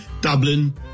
Dublin